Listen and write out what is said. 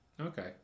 Okay